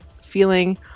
feeling